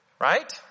Right